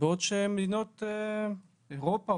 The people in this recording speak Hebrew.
בעוד שמדינות אירופה,